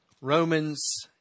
Romans